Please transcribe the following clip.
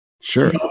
Sure